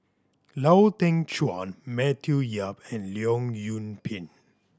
Lau Teng Chuan Matthew Yap and Leong Yoon Pin